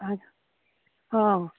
ଆଜ୍ଞା ହଁ